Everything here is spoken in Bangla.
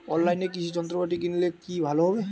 অনলাইনে কৃষি যন্ত্রপাতি কিনলে কি ভালো হবে?